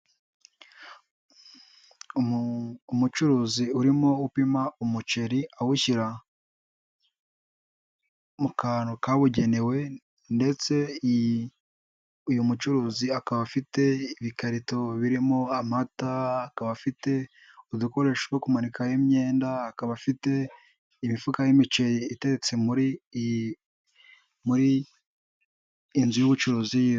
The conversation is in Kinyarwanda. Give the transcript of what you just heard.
Umucuruzi urimo upima umuceri awushyira mu kantu kabugenewe, ndetse uyu mucuruzi akaba afite ibikarito birimo amata, akaba afite udukoresho two kumanikaho imyenda, akaba afite imifuka y'imiceri iteretse muri iyi inzu y'ubucuruzi.